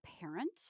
parent